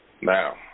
Now